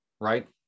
right